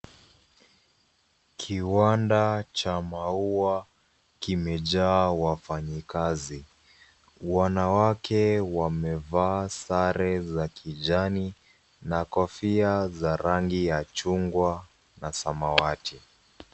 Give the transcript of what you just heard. Kiwanda cha maua kimejaa wafanyakazi wanawake wamevaa sare za kijani na kofia za rangi ya chungwa na samawati.